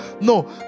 no